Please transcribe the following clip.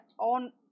on